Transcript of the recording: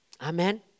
Amen